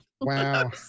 wow